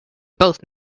both